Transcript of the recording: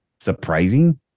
surprising